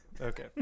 Okay